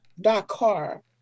Dakar